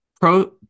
pro